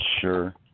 Sure